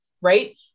right